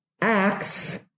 Acts